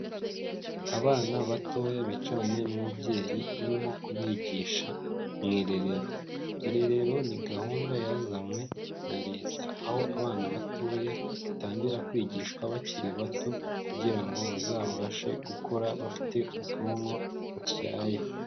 Abana batoya bicaranye n'umubyeyi urimo kubigisha mu irerero, irerero ni gahunda yazanywe na leta aho abana batoya batangira kwigishwa bakiri bato kugira ngo bazabashe gukura bafite ubwonko butyaye.